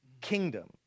kingdom